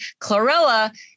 chlorella